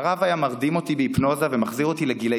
הרב היה מרדים אותי בהיפנוזה ומחזיר אותי לגילים